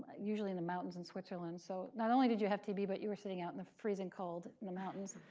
usually, in the mountains in switzerland. so not only did you have tb, but you were sitting out in the freezing cold in the mountains.